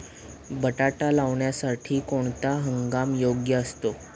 बटाटा लावण्यासाठी कोणता हंगाम योग्य असतो?